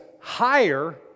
higher